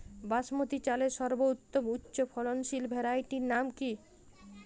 বাসমতী চালের সর্বোত্তম উচ্চ ফলনশীল ভ্যারাইটির নাম কি?